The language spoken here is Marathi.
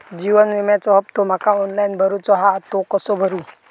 जीवन विम्याचो हफ्तो माका ऑनलाइन भरूचो हा तो कसो भरू?